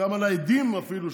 על האדים אפילו,